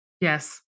Yes